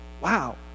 Wow